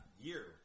year